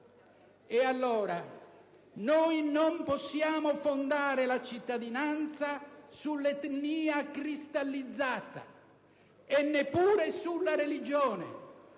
E allora non possiamo fondare la cittadinanza sull'etnia cristallizzata e neppure sulla religione,